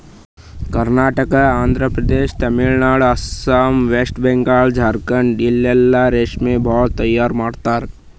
Karnataka, Andhra Pradesh, Tamil Nadu, Assam, west Bengal, Jharkhand ಇಲ್ಲೆಲ್ಲಾ ರೇಶ್ಮಿ ಭಾಳ್ ತೈಯಾರ್ ಮಾಡ್ತರ್